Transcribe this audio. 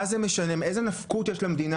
איזה נפקות יש למדינה?